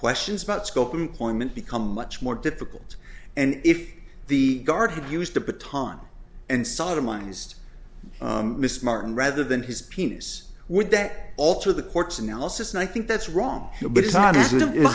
questions about scope employment become much more difficult and if the guard had used the patani and sodomized miss martin rather than his penis would that alter the court's analysis and i think that's wrong but it's not i